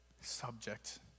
subject